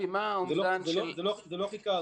זה לא חיכה,